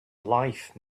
life